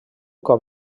cop